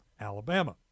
Alabama